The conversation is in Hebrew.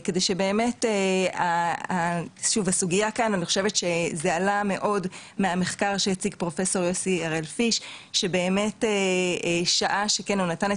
אני חושבת שזה עלה מאוד מהמחקר שהציג פרופסור הראל פיש שנתן את